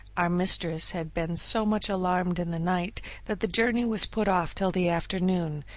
our mistress had been so much alarmed in the night that the journey was put off till the afternoon,